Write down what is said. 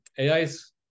ais